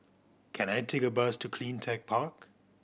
can I take a bus to Cleantech Park